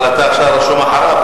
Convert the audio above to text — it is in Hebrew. אבל אתה רשום אחריו.